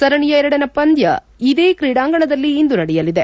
ಸರಣಿಯ ಎರಡನೇ ಪಂದ್ಯ ಇದೇ ಕ್ರೀಡಾಂಗಣದಲ್ಲಿ ಇಂದು ನಡೆಯಲಿದೆ